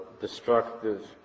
destructive